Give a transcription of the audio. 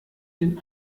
den